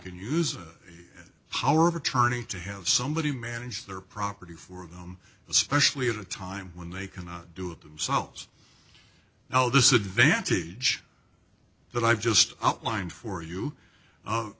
can use a power of attorney to have somebody manage their property for them especially at a time when they cannot do it themselves now this advantage that i've just outlined for you